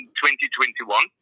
2021